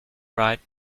right